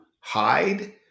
hide